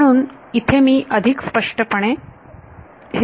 म्हणून इथे मी अधिक स्पष्टपणे हे सांगितले आहे